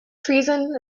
treason